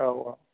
औ औ